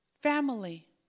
family